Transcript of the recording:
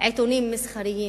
עיתונים מסחריים,